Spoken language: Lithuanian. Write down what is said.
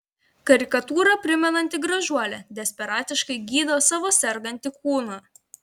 karikatūrą primenanti gražuolė desperatiškai gydo savo sergantį kūną